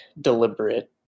deliberate